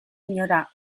inora